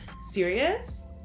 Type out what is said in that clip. serious